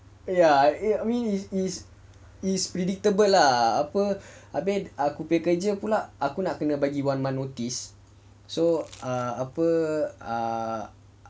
ya I mean it's it's it's predictable lah apa aku punya kerja pula aku nak kena bagi one month notice so err apa ah